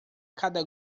cada